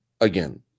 Again